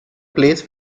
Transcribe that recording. plays